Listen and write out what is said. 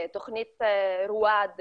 תוכנית רואד,